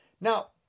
Now